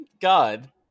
God